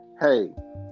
hey